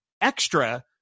extra